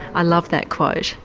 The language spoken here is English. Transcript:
i love that quote.